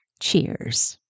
Cheers